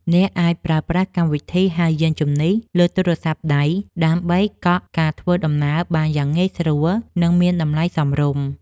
អ្នកអាចប្រើប្រាស់កម្មវិធីហៅយានជំនិះលើទូរស័ព្ទដៃ ដើម្បីកក់ការធ្វើដំណើរបានយ៉ាងងាយស្រួល និងមានតម្លៃសមរម្យ។